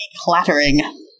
clattering